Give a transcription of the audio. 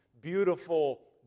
beautiful